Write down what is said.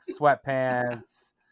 sweatpants